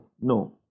No